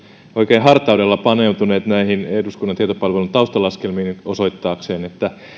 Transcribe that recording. oikein hartaudella paneutuneet näihin eduskunnan tietopalvelun taustalaskelmiin osoittaakseen